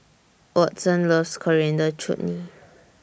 Watson loves Coriander Chutney